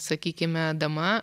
sakykime dama